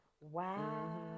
Wow